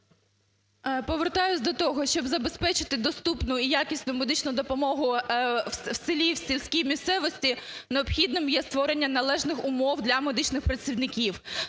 Повертаюсь до того, щоб забезпечити доступну і якісну медичну допомогу в селі, в сільській місцевості, необхідним є створення належних умов для медичних працівників.